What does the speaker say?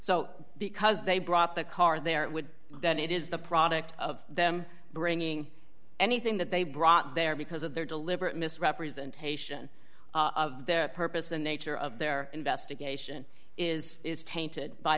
so because they brought the car there it would that it is the product of them bringing anything that they brought there because of their deliberate misrepresentation of their purpose and nature of their investigation is is tainted by